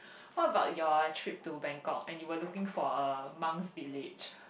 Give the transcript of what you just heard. what about your trip to Bangkok and you were looking for a monk's village